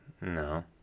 No